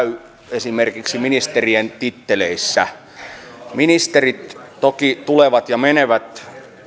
esimerkiksi ministerien titteleissä ministerit toki tulevat ja menevät